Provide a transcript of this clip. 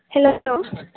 hello